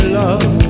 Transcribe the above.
love